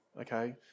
okay